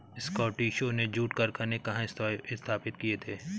स्कॉटिशों ने जूट कारखाने कहाँ स्थापित किए थे?